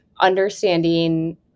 understanding